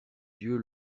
dieu